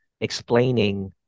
explaining